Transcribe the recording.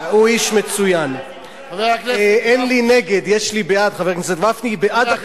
ליוזמת משרד החינוך לבדוק את האפליה העדתית בחינוך